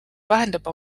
vahendab